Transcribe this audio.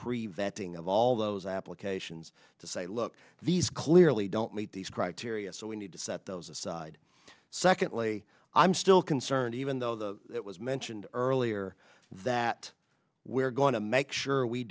preventing of all those applications to say look these clearly don't meet these criteria so we need to set those aside secondly i'm still concerned even though the it was mentioned earlier that we're going to make sure we